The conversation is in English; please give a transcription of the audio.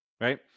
Right